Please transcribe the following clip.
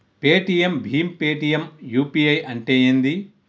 Paytm భీమ్ Paytm UPI అంటే ఏంది?